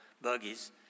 buggies